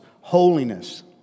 holiness